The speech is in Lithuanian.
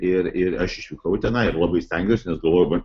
ir ir aš išvykau tenai ir labai stengiausi nes galvojau